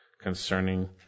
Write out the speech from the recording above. concerning